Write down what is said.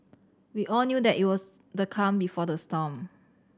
we all knew that it was the calm before the storm